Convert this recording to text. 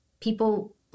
people